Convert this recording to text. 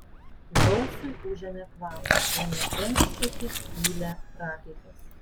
gausui užėmė kvapą ėmė krenkščioti pylė prakaitas